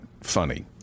funny